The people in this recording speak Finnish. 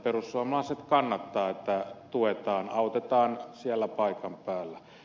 perussuomalaiset kannattavat että tuetaan autetaan siellä paikan päällä